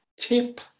Tip